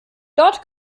dort